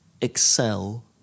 excel